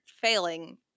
failing